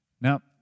Now